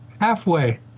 halfway